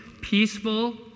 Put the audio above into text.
peaceful